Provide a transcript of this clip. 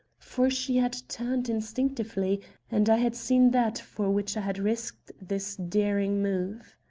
for she had turned instinctively and i had seen that for which i had risked this daring move.